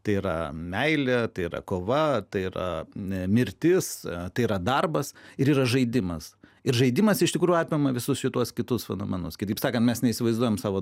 tai yra meilė tai yra kova tai yra mirtis tai yra darbas ir yra žaidimas ir žaidimas iš tikrųjų apima visus jau tuos kitus fenomenus kitaip sakant mes neįsivaizduojam savo